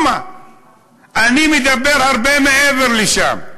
אני מדבר הרבה מעבר לזה: